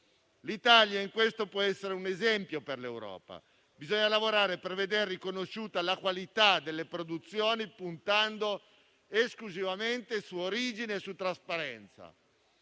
l'Italia può essere un esempio per l'Europa. Bisogna lavorare per veder riconosciuta la qualità delle produzioni, puntando esclusivamente su origine e trasparenza.